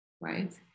right